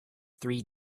three